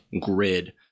grid